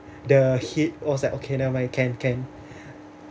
the heat I was like okay never mind can can